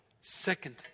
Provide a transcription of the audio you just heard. Second